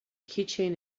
keychain